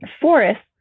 forests